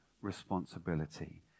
responsibility